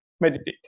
meditate